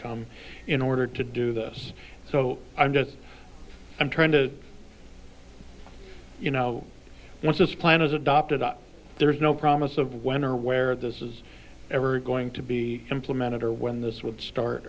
come in order to do this so i'm just i'm trying to you know once this plan is adopted there is no promise of when or where this is ever going to be implemented or when this would start